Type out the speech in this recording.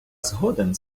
згоден